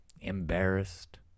embarrassed